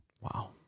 Wow